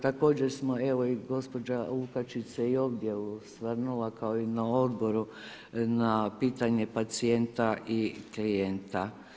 Također smo, evo i gospođa Lukačić se i ovdje osvrnula kao i na odboru na pitanje pacijenta i klijenta.